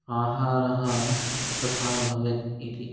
आहारः तथा भवेत् इति